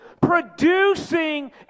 Producing